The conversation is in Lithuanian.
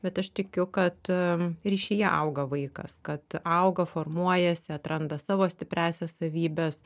bet aš tikiu kad ryšyje auga vaikas kad auga formuojasi atranda savo stipriąsias savybes